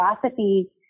philosophy